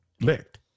licked